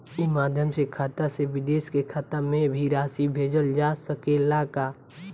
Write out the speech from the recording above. ई माध्यम से खाता से विदेश के खाता में भी राशि भेजल जा सकेला का?